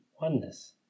oneness